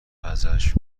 ازش